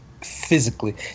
Physically